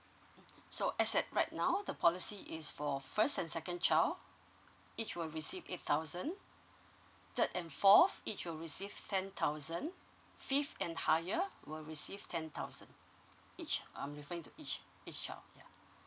so as at right now the policy is for first and second child each will receive eight thousand third and fourth each will receive ten thousand fifth and higher will receive ten thousand each um referring to each each child